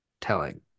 telling